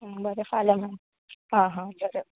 बरें तर फाल्यां मेळया हां हां बरें